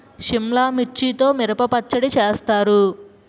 సిమ్లా మిర్చితో మిరప పచ్చడి చేస్తారు